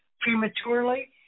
prematurely